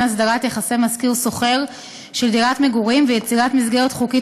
הסדרת יחסי משכיר שוכר של דירת מגורים וליצור מסגרת חוקית